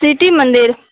city मन्दिर